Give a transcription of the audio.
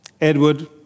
Edward